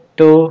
Two